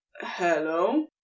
hello